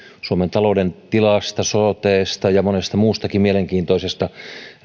suomen talouden tilasta sotesta ja monesta muustakin mielenkiintoisesta